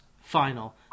final